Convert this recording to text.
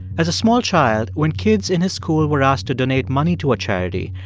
as a small child, when kids in his school were asked to donate money to a charity,